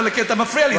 אבל כי אתה מפריע לי,